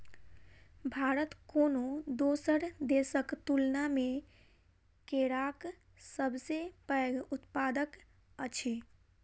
भारत कोनो दोसर देसक तुलना मे केराक सबसे पैघ उत्पादक अछि